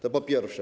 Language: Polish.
To po pierwsze.